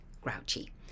grouchy